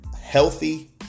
healthy